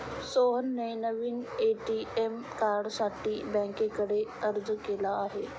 सोहनने नवीन ए.टी.एम कार्डसाठी बँकेकडे अर्ज केला आहे